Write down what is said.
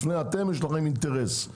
לכם יש אינטרס,